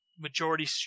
majority